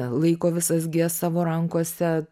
laiko visas gijas savo rankose